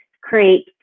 create